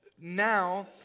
now